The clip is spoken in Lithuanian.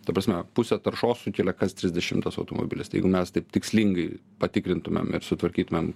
ta prasme pusę taršos sukelia kas trisdešimtas automobilis tai jeigu mes taip tikslingai patikrintumėm ir sutvarkytumėm